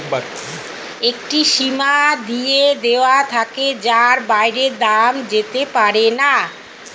একটি সীমা দিয়ে দেওয়া থাকে যার বাইরে দাম যেতে পারেনা